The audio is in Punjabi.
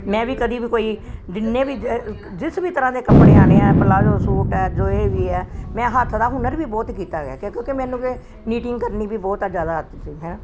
ਮੈਂ ਵੀ ਕਦੇ ਵੀ ਕੋਈ ਜਿੰਨੇ ਵੀ ਜ ਜਿਸ ਵੀ ਤਰ੍ਹਾਂ ਦੇ ਕੱਪੜੇ ਆਉਣੇ ਆ ਪਲਾਜੋ ਸੂਟ ਹੈ ਜੋ ਇਹ ਵੀ ਹੈ ਮੈਂ ਹੱਥ ਦਾ ਹੁਨਰ ਵੀ ਬਹੁਤ ਕੀਤਾ ਵਿਆ ਕਿਉਂਕਿ ਮੈਨੂੰ ਨੀਟਿੰਗ ਕਰਨੀ ਵੀ ਬਹੁਤ ਜ਼ਿਆਦਾ ਆਦਤ ਹੈ